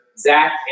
Zach